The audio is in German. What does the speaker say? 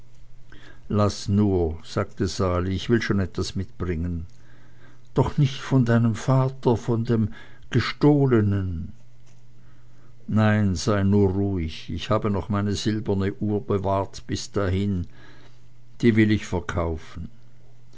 laß nur sagte sali ich will schon etwas mitbringen doch nicht von deinem vater von von dem gestohlenen nein sei nur ruhig ich habe noch meine silberne uhr bewahrt bis dahin die will ich verkaufen